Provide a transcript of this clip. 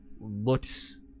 looks